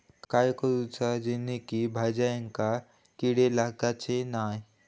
काय करूचा जेणेकी भाजायेंका किडे लागाचे नाय?